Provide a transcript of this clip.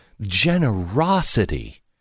generosity